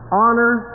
honor